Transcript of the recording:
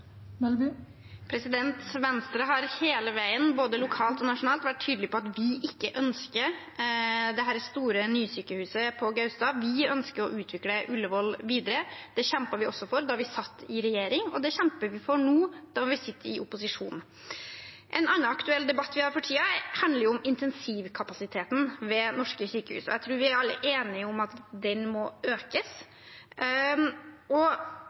Venstre har hele veien både lokalt og nasjonalt vært tydelig på at vi ikke ønsker dette store, nye sykehuset på Gaustad. Vi ønsker å utvikle Ullevål videre. Det kjempet vi for da vi satt i regjering, og det kjemper vi også for nå, når vi sitter i opposisjon. En annen aktuell debatt vi har for tiden, handler om intensivkapasiteten ved norske sykehus. Jeg tror vi alle er enige om at den må økes.